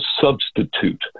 substitute